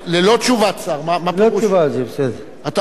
רגע.